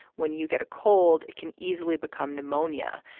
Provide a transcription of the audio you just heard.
when you get a cold, it can easily become pneumonia.